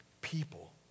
people